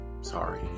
sorry